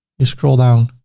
you scroll down,